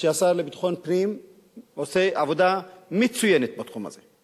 שהשר לביטחון פנים עושה עבודה מצוינת בתחום הזה.